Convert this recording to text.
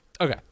Okay